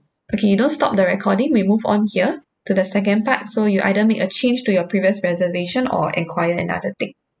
okay you don't stop the recording we move on here to the second part so you either make a change to your previous reservation or enquire another thing